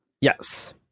yes